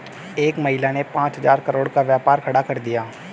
एक महिला ने पांच हजार करोड़ का व्यापार खड़ा कर दिया